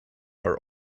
are